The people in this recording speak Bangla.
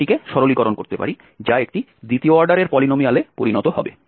এবং এটিকে সরলীকরণ করতে পারি যা একটি দ্বিতীয় অর্ডারের পলিনোমিয়ালে পরিণত হবে